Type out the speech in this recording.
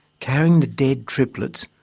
carrying the dead triplets,